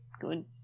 good